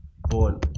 Born